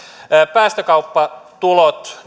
päästökauppatuloja